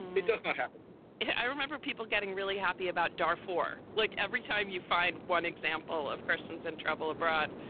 it does not happen yeah i remember people getting really happy about daar for like every time you find one example of christians and travel abroad,